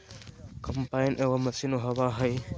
combine एगो machine होबा हइ